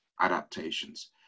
adaptations